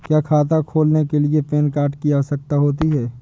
क्या खाता खोलने के लिए पैन कार्ड की आवश्यकता होती है?